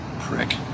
Prick